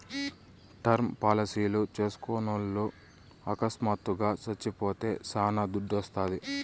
term పాలసీలు చేస్కున్నోల్లు అకస్మాత్తుగా సచ్చిపోతే శానా దుడ్డోస్తాది